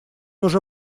уже